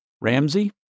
Ramsey